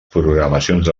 programacions